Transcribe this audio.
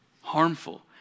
harmful